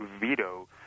veto